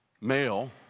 male